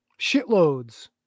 shitloads